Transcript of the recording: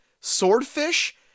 swordfish